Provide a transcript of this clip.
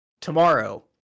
tomorrow